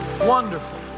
wonderful